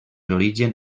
origen